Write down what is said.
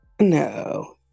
No